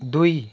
दुई